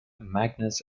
magnus